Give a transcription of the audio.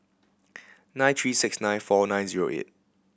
nine three six nine four nine zero eight